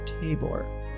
Tabor